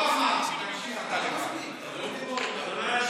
כמו גויים.